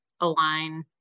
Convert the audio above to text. align